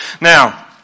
Now